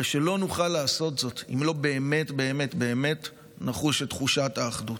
הרי לא נוכל לעשות זאת אם לא באמת באמת באמת נחוש את תחושת האחדות.